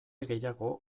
gehiago